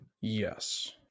yes